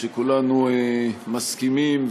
שכולנו מסכימים,